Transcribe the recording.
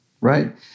right